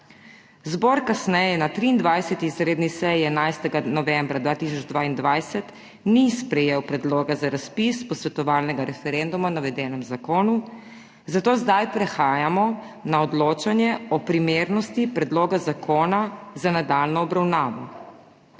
Zbor kasneje na 23. izredni seji 11. novembra 2022 ni sprejel predloga za razpis posvetovalnega referenduma o navedenem zakonu. Zato zdaj prehajamo na odločanje o primernosti predloga zakona za nadaljnjo obravnavo.